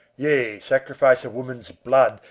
yea, sacrifice of women's blood,